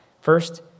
First